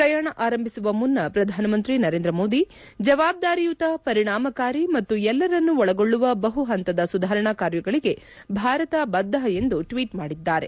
ಪ್ರಯಾಣ ಆರಂಭಿಸುವ ಮುನ್ನ ಪ್ರಧಾನಮಂತ್ರಿ ನರೇಂದ್ರ ಮೋದಿ ಜವಾಬ್ದಾರಿಯುತ ಪರಿಣಾಮಕಾರಿ ಮತ್ತು ಎಲ್ಲರನ್ನು ಒಳಗೊಳ್ಳುವ ಬಹುಹಂತದ ಸುಧಾರಣಾ ಕಾರ್ಯಗಳಿಗೆ ಭಾರತ ಬದ್ಧ ಎಂದು ಟ್ವೀಟ್ ಮಾಡಿದ್ದಾರೆ